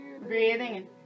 breathing